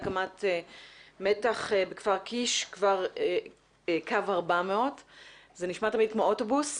"הקמת קו מתח בכפר קיש קו 400". זה נשמע תמיד כמו אוטובוס,